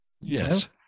Yes